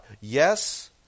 yes